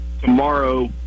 tomorrow